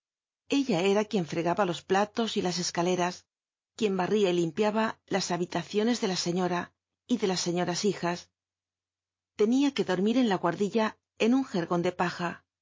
ella era ijuíl'ii rrcgaha los latos y las escaleras quien barría y limpiaba la hauitacioncs de la señora y de las ctioi'il hija t nia que dormir en la guardilla en un jergon de paja